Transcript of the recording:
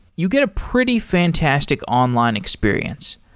you get a pretty fantastic online experience,